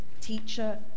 teacher